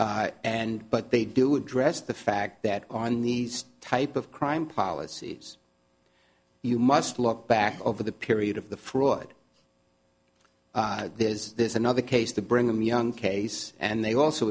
and but they do address the fact that on these type of crime policies you must look back over the period of the fraud is this another case to bring them young case and they also